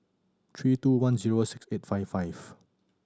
three two one zero six eight five five